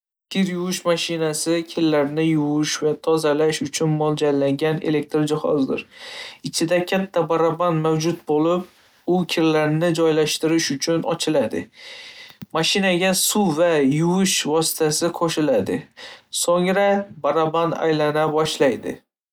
Kir yuvish mashinasi kirlarni yuvish va tozalash uchun mo'ljallangan elektr jihozidir. Ichida katta baraban mavjud bo'lib, u kirlarni joylashtirish uchun ochiladi. Mashinaga suv va yuvish vositasi qo'shiladi, so'ngra baraban aylana boshlaydi.